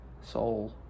soul